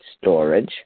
storage